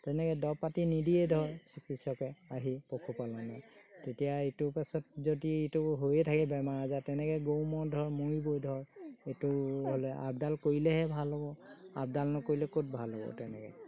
তেনেকৈ দৰব পাতি নিদিয়ে ধৰক চিকিৎসকে আহি পশুপালনৰ তেতিয়া ইটোৰ পাছত যদি ইটো হৈয়ে থাকে বেমাৰ আজাৰ তেনেকৈ গৰু ম'হ ধৰক মৰিবই ধৰক এইটো হ'লে আপডাল কৰিলেহে ভাল হ'ব আপডাল নকৰিলে ক'ত ভাল হ'ব তেনেকৈ